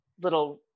little